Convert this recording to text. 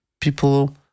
people